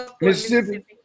Mississippi